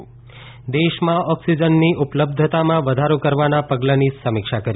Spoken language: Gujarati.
દેશમાં ઓક્સિજનની ઉપલબ્ધતામાં વધારો કરવાના પગલાંની સમીક્ષા કરી